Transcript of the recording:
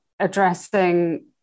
addressing